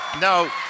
No